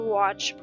watch